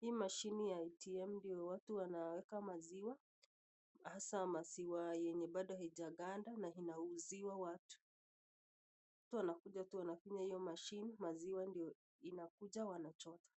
Hii mashine ya ATM ndio watu wanaweka maziwa hasa maziwa yenye bado haijaganda na inauziwa watu. Watu wanakuja tu wanafanya hiyo mashine, maziwa ndio inakuja wanachota.